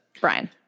Brian